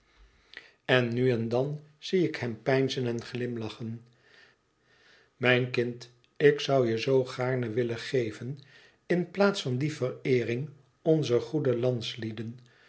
en nu en dan zie ik hem peinzen en glimlachen mijn kind ik zoû je zoo gaarne willen geven in plaats van die vereering onzer goede landslieden